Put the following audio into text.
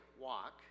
walk